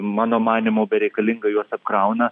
mano manymu bereikalingai juos apkrauna